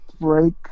break